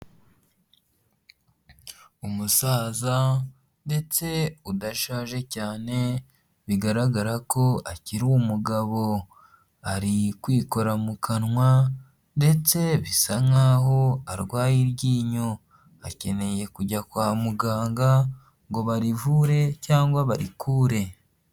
Umusaza ndetse udashaje cyane bigaragara ko akiri umugabo, ari kwikora mu kanwa ndetse bisa nkaho arwaye iryinyo akeneye kujya kwa muganga ngo barivure cyangwa barikure.